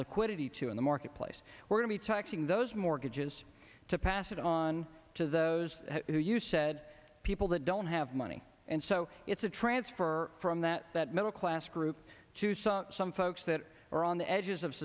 liquidity to in the marketplace were to be taxing those mortgages to pass it on to those who you said people that don't have money and so it's a transfer from that that middle class group to some some folks that are on the edges of